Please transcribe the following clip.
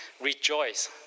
rejoice